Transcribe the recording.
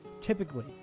typically